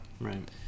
Right